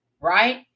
right